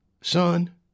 Son